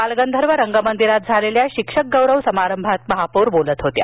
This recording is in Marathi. बालगंधर्व रंगमंदिरात झालेल्या शिक्षक गौरव समारंभात महापौर बोलत होत्या